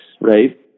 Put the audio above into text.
right